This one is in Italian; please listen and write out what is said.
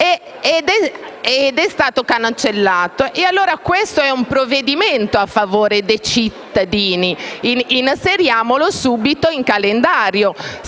ed è stato soppresso. Questo è un provvedimento a favore dei cittadini: inseriamolo subito in calendario